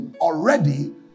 Already